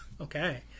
Okay